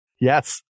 Yes